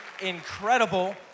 incredible